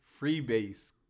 freebase